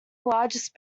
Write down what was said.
largest